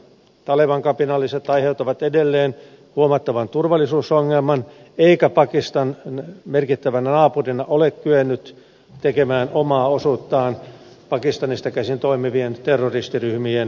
taleban kapinalliset aiheuttavat edelleen huomattavan turvallisuusongelman eikä pakistan merkittävänä naapurina ole kyennyt tekemään omaa osuuttaan pakistanista käsin toimi vien terroristiryhmien torjunnassa